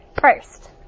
First